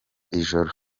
ijoro